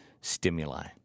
stimuli